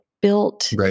built